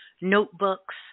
notebooks